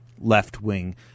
left-wing